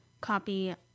copy